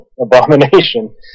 Abomination